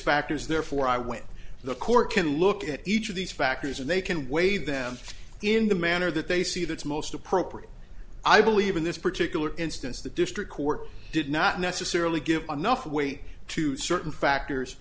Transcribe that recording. factors therefore i went the court can look at each of these factors and they can weigh them in the manner that they see that's most appropriate i believe in this particular instance the district court did not necessarily give enough weight to certain factors